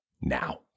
now